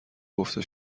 گفته